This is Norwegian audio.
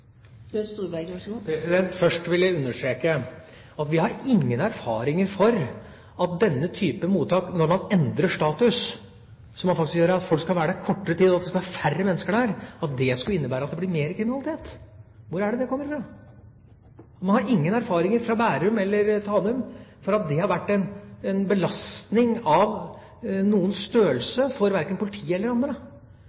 Først vil jeg understreke at vi har ingen erfaringer for at denne typen mottak – når man endrer status, som man faktisk gjør her, og at folk skal være der kortere tid, og det skal være færre mennesker der – skulle innebære at det blir mer kriminalitet. Hvor er det det kommer fra? Man har ingen erfaringer fra Bærum eller Tanum for at det har vært en belastning av noen